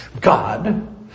God